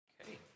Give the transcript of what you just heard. Okay